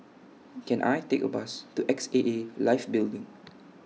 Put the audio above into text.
Can I Take A Bus to X A A Life Building